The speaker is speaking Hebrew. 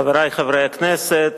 חברי חברי הכנסת,